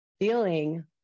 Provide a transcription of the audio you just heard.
feeling